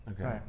Okay